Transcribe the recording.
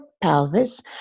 pelvis